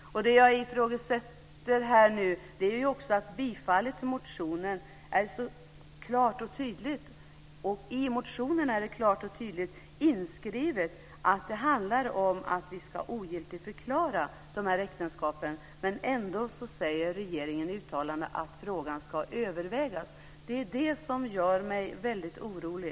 Det jag ifrågasätter är att regeringen, när bifallet till motionen är så klart och det i motionen är så klart och tydligt skrivet att det handlar om att vi ska ogiltigförklara barnäktenskapen, ändå säger att frågan ska övervägas. Det är det som gör mig väldigt orolig.